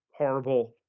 horrible